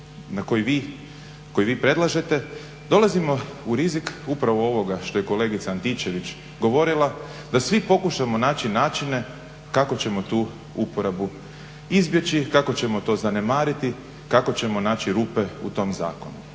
način koji vi predlažete dolazimo u rizik upravo ovoga što je kolegica Antičević govorila da svi pokušamo naći načine kako ćemo tu uporabu izbjeći, kako ćemo to zanemariti, kako ćemo naći rupe u tom zakonu.